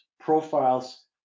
profiles